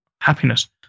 happiness